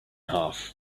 half